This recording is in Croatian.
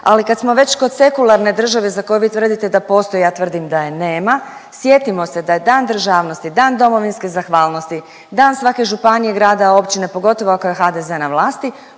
Ali kad smo već kod sekularne države za koju vi tvrdite da postoji, ja tvrdim da je nema, sjetimo se da je Dan državnosti, Dan domovinske zahvalnosti, dan svake županije, grada, općine pogotovo ako je HDZ na vlasti